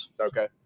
Okay